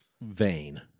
vain